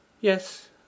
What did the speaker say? yes